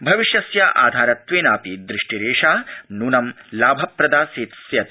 भविष्यस्य धारत्वेनापि दृष्टिरेषा नूनं लाभप्रदा सेत्स्यति